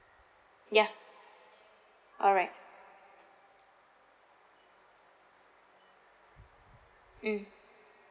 ya alright mm